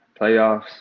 playoffs